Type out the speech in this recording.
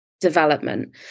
development